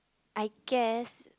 I guess